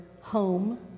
home